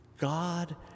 God